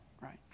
right